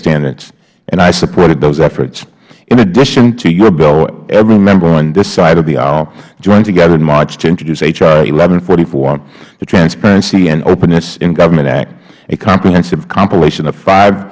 standards and i supported those efforts in addition to your bill every member on this side of the aisle joined together in march to introduce h r h the transparency and openness in government act a comprehensive compilation of five